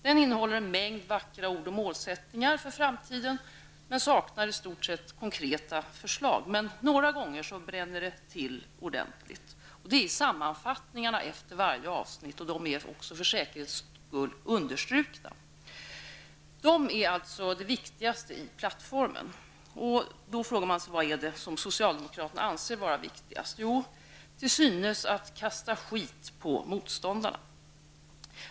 Den innehåller en mängd vackra ord och målsättningar för framtiden, men saknar i stort sett konkreta förslag. Några gånger bränner det emellertid till ordentligt. Det är i sammanfattningarna efter varje avsnitt. De är också för säkerhets skull understrukna. De är alltså det viktigaste i plattformen. Vad är det som socialdemokraterna anser vara viktigast? Jo, till synes att kasta skit på motståndarna.